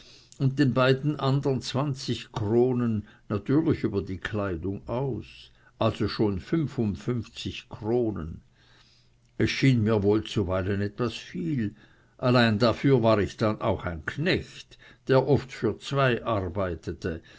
und den beiden andern zwanzig kronen natürlich über die kleidung aus also schon fünfundfünfzig kronen es schien mir wohl zuweilen etwas viel allein dafür war ich dann auch ein knecht der oft für zwei arbeitete